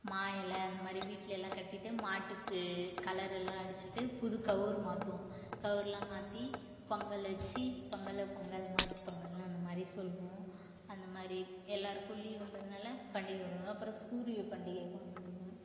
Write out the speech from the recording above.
மா இல அந்தமாதிரி வீட்டில எல்லாம் கட்டிட்டு மாட்டுக்கு கலர் எல்லாம் அடிச்சிட்டு புது கவுறு மாற்றுவோம் கவுறுலாம் மாத்தி பொங்கல் வச்சி பொங்கலோ பொங்கல் மாட்டுப்பொங்கல்னு அந்த மாதிரி சொல்லுவோம் அந்த மாதிரி எல்லாருக்கும் லீவுன்றதனால பண்டிகை கொண்டாடுவோம் அப்புறம் சூரிய பண்டிகை கொண்டாடுவோம்